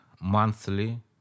monthly